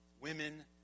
Women